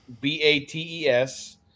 B-A-T-E-S